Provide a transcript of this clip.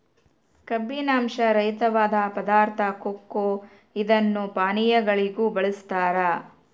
ಕಬ್ಬಿನಾಂಶ ರಹಿತವಾದ ಪದಾರ್ಥ ಕೊಕೊ ಇದನ್ನು ಪಾನೀಯಗಳಿಗೂ ಬಳಸ್ತಾರ